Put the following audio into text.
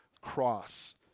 cross